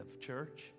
church